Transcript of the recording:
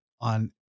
on